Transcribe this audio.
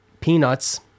peanuts